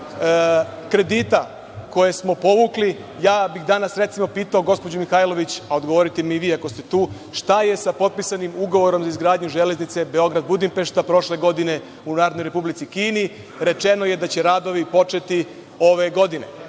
kredita koje smo povukli, ja bih danas, recimo, pitao gospođu Mihajlović, a odgovorite mi i vi ako ste tu, šta je sa potpisanim ugovorom za izgradnju železnice Beograd–Budimpešta prošle godine u Narodnoj Republici Kini? Rečeno je da će radovi početi ove godine.